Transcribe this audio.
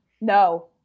no